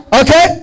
okay